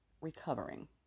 Recovering